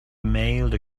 mailed